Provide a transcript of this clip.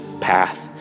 path